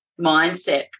mindset